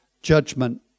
judgment